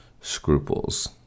scruples